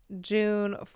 June